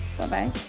Bye-bye